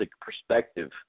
perspective